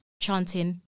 chanting